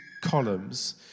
columns